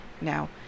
Now